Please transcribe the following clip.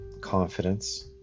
confidence